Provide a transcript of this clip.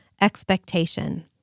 expectation